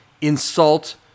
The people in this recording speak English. insult